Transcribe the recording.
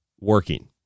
working